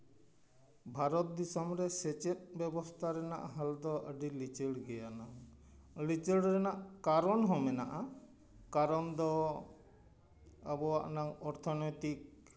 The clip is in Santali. ᱵᱷᱟᱨᱚᱛ ᱫᱤᱥᱚᱢ ᱨᱮ ᱥᱮᱪᱮᱫ ᱵᱮᱵᱚᱥᱛᱷᱟ ᱨᱮᱱᱟᱜ ᱦᱟᱞ ᱫᱚ ᱟᱹᱰᱤ ᱞᱤᱪᱟᱹᱲ ᱜᱮᱭᱟ ᱞᱤᱪᱟᱹᱲ ᱨᱮᱱᱟᱜ ᱠᱟᱨᱚᱱ ᱦᱚᱸ ᱢᱮᱱᱟᱜᱼᱟ ᱠᱟᱨᱚᱱ ᱫᱚ ᱟᱵᱚᱣᱟᱜ ᱚᱱᱟ ᱚᱨᱛᱷᱚᱱᱳᱭᱛᱤᱠ